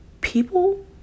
People